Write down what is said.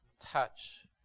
touch